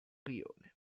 rione